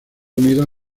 unidos